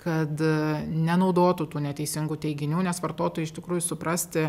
kad nenaudotų tų neteisingų teiginių nes vartotojui iš tikrųjų suprasti